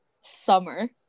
summer